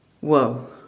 Whoa